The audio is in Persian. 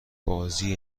بازی